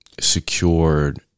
Secured